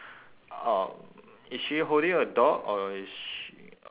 um is she holding a dog or is sh~